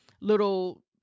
little